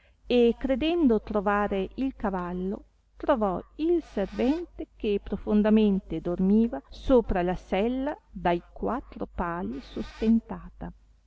e credendo trovare il cavallo trovò il servente che profondamente dormiva sopra la sella dai quattro pali sostentata